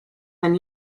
than